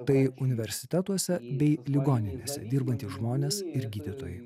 tai universitetuose bei ligoninėse dirbantys žmonės ir gydytojai